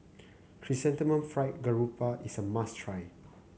Chrysanthemum Fried Garoupa is a must try